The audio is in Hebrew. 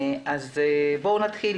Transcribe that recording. בואו נתחיל